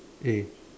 eh